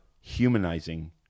humanizing